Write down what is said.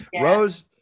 Rose